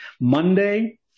Monday